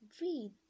read